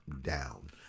down